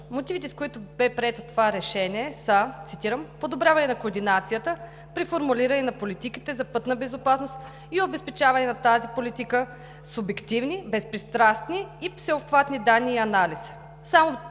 Мотивите, с които бе прието това решение, са: „Подобряване на координацията при формулиране на политиките за пътна безопасност и обезпечаване на тази политика с обективни, безпристрастни и с всеобхватни данни и анализи.“